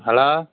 hello